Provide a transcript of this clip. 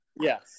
Yes